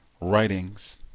writings